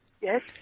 Yes